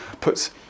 puts